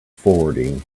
forwarding